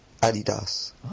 Adidas